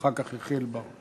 אחר כך, יחיאל בר.